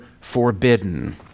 forbidden